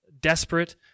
desperate